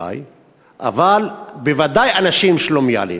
אבל בוודאי הם אנשים שלומיאלים.